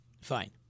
Fine